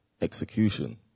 execution